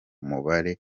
mubare